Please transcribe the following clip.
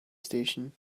station